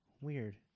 Weird